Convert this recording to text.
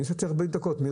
אני יצאתי מירוחם